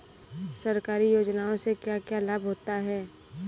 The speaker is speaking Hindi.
सरकारी योजनाओं से क्या क्या लाभ होता है?